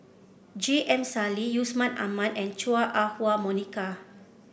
J M Sali Yusman Aman and Chua Ah Huwa Monica